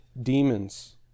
demons